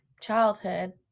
childhood